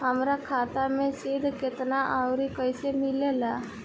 हमार खाता मे सूद केतना आउर कैसे मिलेला?